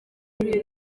ntuye